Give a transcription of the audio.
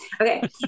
Okay